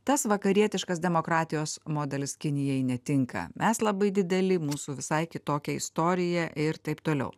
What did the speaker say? tas vakarietiškas demokratijos modelis kinijai netinka mes labai dideli mūsų visai kitokia istorija ir taip toliau